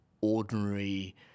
ordinary